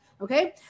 okay